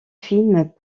films